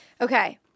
Okay